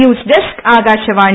news desk Akashvani